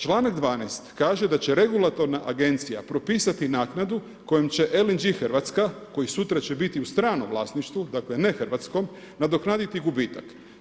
Članak 12. kaže da će Regulatorna agencija propisati naknadu kojom će LNG Hrvatska, koji sutra će biti u stranom vlasništvu, dakle ne hrvatskom, nadoknaditi gubitak.